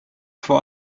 vor